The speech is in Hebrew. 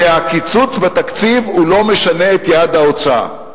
שהקיצוץ בתקציב לא משנה את יעד ההוצאה,